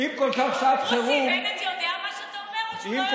מוסי, בנט יודע מה שאתה אומר או שהוא לא יודע מה